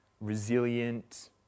resilient